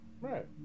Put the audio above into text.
Right